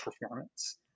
performance